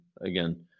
again